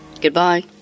goodbye